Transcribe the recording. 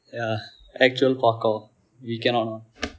ya actual parkour we cannot one